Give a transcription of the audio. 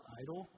idol